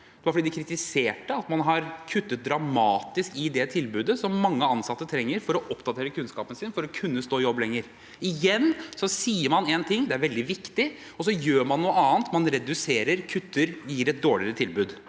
2024 de kritiserte at man har kuttet dramatisk i det tilbudet som mange ansatte trenger for å oppdatere kunnskapen sin for å kunne stå i jobb lenger. Igjen sier man én ting – at dette er veldig viktig – og så gjør man noe annet. Man reduserer, kutter og gir et dårligere tilbud.